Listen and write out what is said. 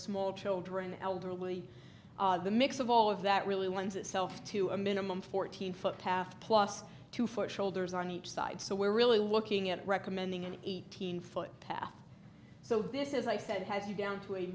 small children elderly the mix of all of that really lends itself to a minimum fourteen foot path plus two foot shoulders on each side so we're really looking at recommending an eighteen foot path so this is i said has you down to a